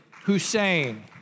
Hussein